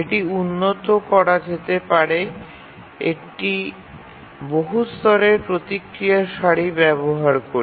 এটি উন্নত করা যেতে পারে একটি বহু স্তরের প্রতিক্রিয়া সারি ব্যবহার করে